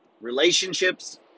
relationships